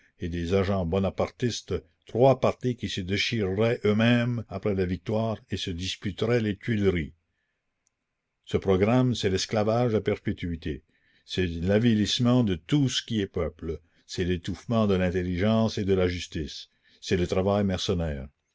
et des agents bonapartistes trois partis qui se déchireraient eux-mêmes après la victoire et se disputeraient les tuileries ce programme c'est l'esclavage à perpétuité c'est l'avilissement de tout ce qui est peuple c'est l'étouffement de l'intelligence et de la justice c'est le travail mercenaire